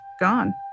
gone